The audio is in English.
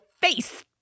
face